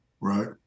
right